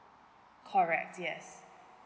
correct yes